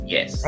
Yes